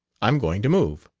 i'm going to move.